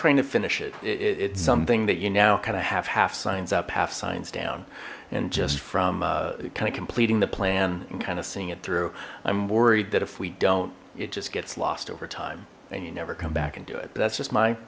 trying to finish it it's something that you now kind of have half signs up half signs down and just from kind of completing the plan and kind of seeing it through i'm worried that if we don't it just gets lost over time and you never come back and do it that's just my